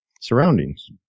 surroundings